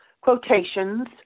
quotations